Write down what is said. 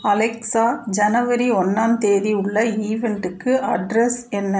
Alexa ஜனவரி ஒன்றாம் தேதி உள்ள ஈவென்டுக்கு அட்ரஸ் என்ன